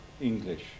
English